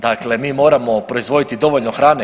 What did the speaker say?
Dakle, mi moramo proizvoditi dovoljno hrane.